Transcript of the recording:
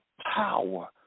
power